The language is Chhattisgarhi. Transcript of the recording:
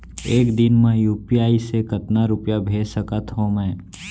एक दिन म यू.पी.आई से कतना रुपिया भेज सकत हो मैं?